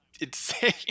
Insane